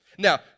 Now